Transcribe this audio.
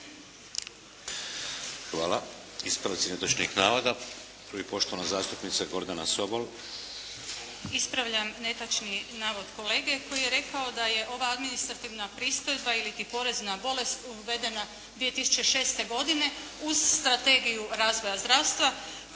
(HDZ)** Ispravci netočnih navoda. Prvi. Poštovana zastupnica Gordana Sobol. **Sobol, Gordana (SDP)** Ispravljam netočni navod kolege koji je rekao da je ova administrativna pristojba iliti porezna bolest uvedena 2006. godine uz strategiju razvoja zdravstva.